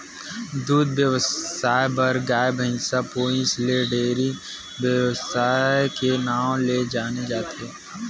दूद बेवसाय बर गाय, भइसी पोसइ ल डेयरी बेवसाय के नांव ले जाने जाथे